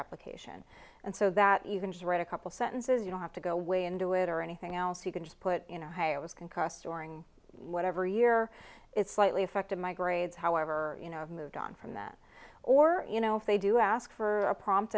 application and so that even to write a couple sentences you don't have to go way into it or anything else you can just put you know hey i was concussed during whatever year it's slightly affected my grades however you know i've moved on from that or you know if they do ask for a prompt